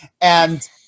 And-